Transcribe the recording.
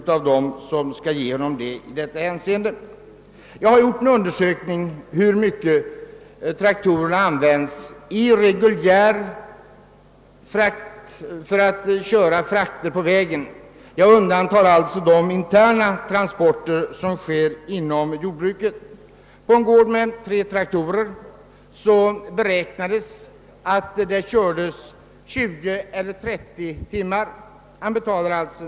Jag har gjort en undersökning för att utröna hur mycket traktorerna används för vägtransporter. Jag har här undantagit de interna transporterna inom jordbruket. På en gård med tre traktorer beräknade man att dessa användes 20 eller 30 timmar för vägtransporter.